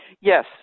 Yes